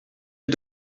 les